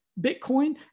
Bitcoin